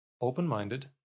open-minded